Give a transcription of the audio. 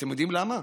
אתם יודעים למה?